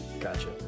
Gotcha